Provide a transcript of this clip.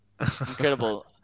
Incredible